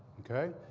ok?